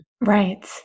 Right